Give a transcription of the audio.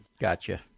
Gotcha